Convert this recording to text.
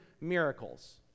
miracles